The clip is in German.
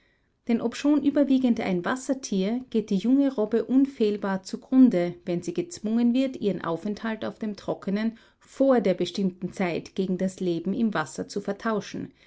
denn obschon überwiegend ein wassertier geht die junge robbe unfehlbar zugrunde wenn sie gezwungen wird ihren aufenthalt auf dem trockenen vor der bestimmten zeit gegen das leben im wasser zu vertauschen